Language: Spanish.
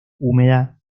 húmeda